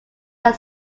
are